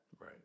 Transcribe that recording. Right